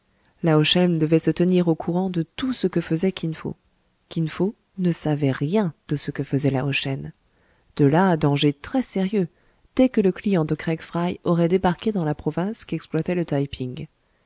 lao shen devait se tenir au courant de tout ce que faisait kin fo kin fo ne savait rien de ce que faisait lao shen de là danger très sérieux dès que le client de craig fry aurait débarqué dans la province qu'exploitait le taï ping